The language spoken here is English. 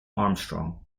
armstrong